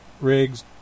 rigs